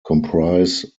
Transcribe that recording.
comprise